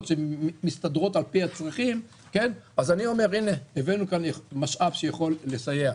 שמסתדרות על פי הצרכים אז אני אומר הבאנו לכאן משאב שיכול לסייע.